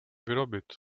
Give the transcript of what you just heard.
vyrobit